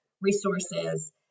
resources